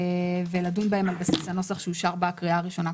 ולדון בהן בנוסח שאושר בקריאה הראשונה,